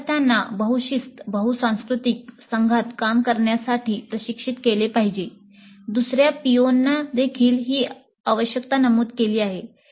विद्यार्थ्यांना बहु शिस्त बहु सांस्कृतिक संघात काम करण्यासाठी प्रशिक्षित केले पाहिजे दुसर्या पीओने देखील ही आवश्यकता नमूद केली आहे